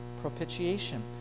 propitiation